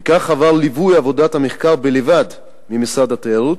וכך עבר ליווי עבודת המחקר בלבד ממשרד התיירות